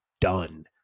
done